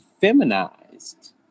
feminized